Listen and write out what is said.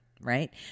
right